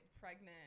pregnant